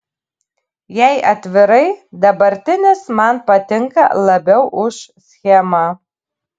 jei atvirai dabartinis man patinka labiau už schemą